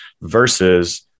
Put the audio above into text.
versus